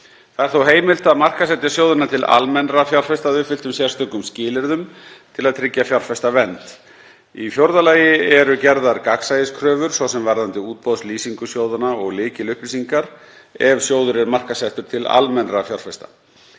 Það er þó heimilt að markaðsetja sjóðina til almennra fjárfesta að uppfylltum sérstökum skilyrðum til að tryggja fjárfestavernd. Í fjórða lagi er gerðar gagnsæiskröfur, svo sem varðandi útboðslýsingu sjóðanna og lykilupplýsingar ef sjóður er markaðssettur til almennra fjárfesta.